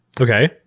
Okay